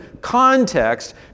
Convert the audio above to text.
context